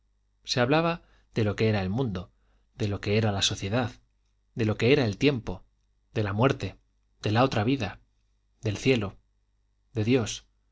se hablaba de lo que era el mundo de lo que era la sociedad de lo que era el tiempo de la muerte de la otra vida del cielo de dios